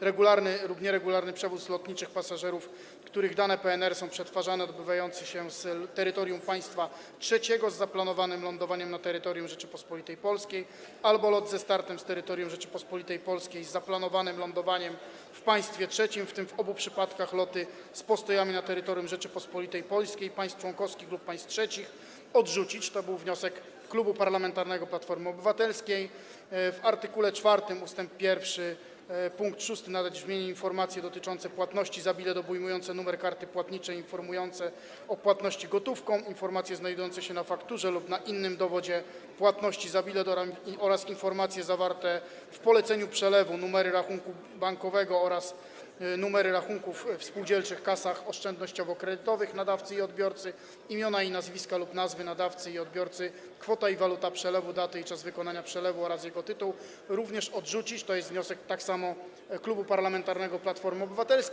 regularny lub nieregularny przewóz lotniczy pasażerów, których dane PNR są przetwarzane, odbywający się z terytorium państwa trzeciego, z zaplanowanym lądowaniem na terytorium Rzeczypospolitej Polskiej albo lot ze startem z terytorium Rzeczypospolitej Polskiej z zaplanowanym lądowaniem w państwie trzecim, w tym - w obu przypadkach - loty z postojami na terytorium Rzeczypospolitej Polskiej, państw członkowskich lub państw trzecich” - odrzucić; to był wniosek Klubu Parlamentarnego Platforma Obywatelska; w art. 4 w ust. 1 pkt 6 nadać brzmienie: „informacje dotyczące płatności za bilet, obejmujące numer karty płatniczej, informacje o płatności gotówką, informacje znajdujące się na fakturze albo na innym dowodzie płatności za bilet oraz informacje zawarte w poleceniu przelewu: numery rachunków bankowych lub numery rachunków w spółdzielczych kasach oszczędnościowo-kredytowych nadawcy i odbiorcy, imiona i nazwiska lub nazwy nadawcy i odbiorcy, kwota i waluta przelewu, data i czas wykonania przelewu oraz jego tytuł” - również odrzucić; to tak samo jest wniosek Klubu Parlamentarnego Platforma Obywatelska.